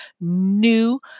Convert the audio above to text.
new